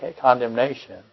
condemnation